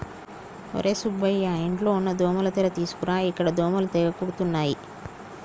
ఒర్రే సుబ్బయ్య ఇంట్లో ఉన్న దోమల తెర తీసుకురా ఇక్కడ దోమలు తెగ కుడుతున్నాయి